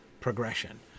progression